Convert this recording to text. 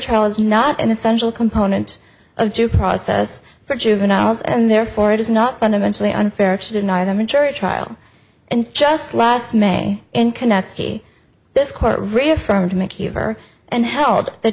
trial is not an essential component of due process for juveniles and therefore it is not fundamentally unfair to deny them a jury trial and just last may and cannot see this court reaffirmed mckeever and held th